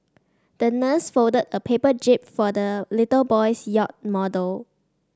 the nurse folded a paper jib for the little boy's yacht model